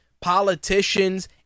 politicians